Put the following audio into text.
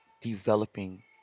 developing